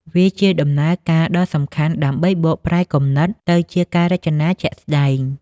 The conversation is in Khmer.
វាជាដំណើរការដ៏សំខាន់ដើម្បីបកប្រែគំនិតទៅជាការរចនាជាក់ស្តែង។